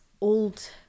old